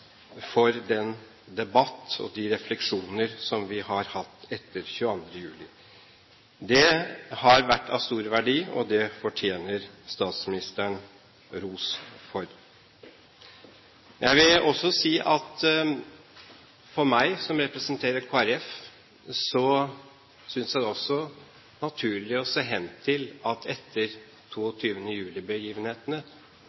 for den debatt og de refleksjoner som vi har hatt etter 22. juli. Det har vært av stor verdi, og det fortjener statsministeren ros for. Jeg vil også si at jeg, som representerer Kristelig Folkeparti, synes det også er naturlig å se hen til at etter